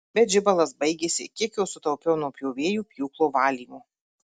bet žibalas baigėsi kiek jo sutaupiau nuo pjovėjų pjūklo valymo